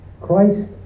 christ